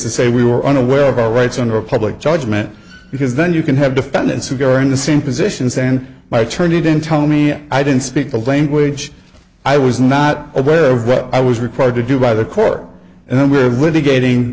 to say we were unaware of our rights under a public judgment because then you can have defendants who are in the same positions and my attorney didn't tell me i didn't speak the language i was not aware of what i was required to do by the court and then where